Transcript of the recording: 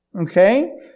Okay